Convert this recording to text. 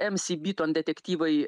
em sį byton detektyvai